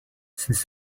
since